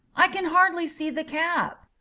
i can hardly see the cap.